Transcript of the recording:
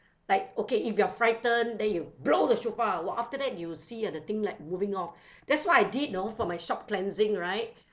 like okay if you are frightened then blow the shofar !wah! after that you will see uh the thing like moving off that's what I did know for my shop cleansing right